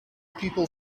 people